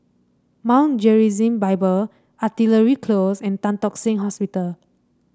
Mount Gerizim Bible Artillery Close and Tan Tock Seng Hospital